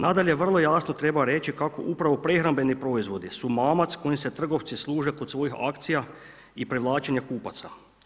Nadalje, vrlo jasno treba reći kako upravo prehrambeni proizvodi su mamac kojim se trgovci služe kod svojih akcija i privlačenja kupaca.